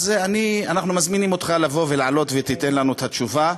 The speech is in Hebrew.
אז אנחנו מזמינים אותך לעלות ולתת לנו את התשובה.